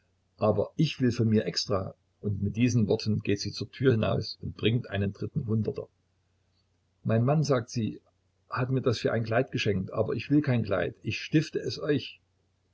aber ich will von mir extra und mit diesen worten geht sie zur tür hinaus und bringt einen dritten hunderter mein mann sagt sie hat mir das für ein kleid geschenkt aber ich will kein kleid ich stifte es euch